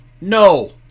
No